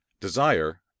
Desire